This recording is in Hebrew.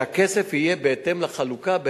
והכסף יהיה קיים בהתאם לחלוקה,